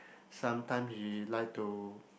sometime she like to